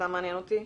סתם מעניין אותי.